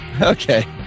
Okay